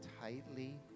tightly